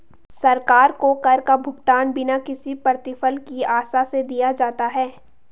सरकार को कर का भुगतान बिना किसी प्रतिफल की आशा से दिया जाता है